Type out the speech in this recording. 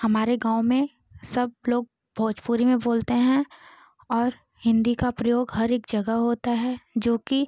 हमारे गाँव में सबलोग भोजपुरी में बोलते हैं और हिन्दी का प्रयोग हर एक जगह होता है जो कि